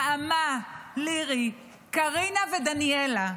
נעמה, לירי, קרינה ודניאלה,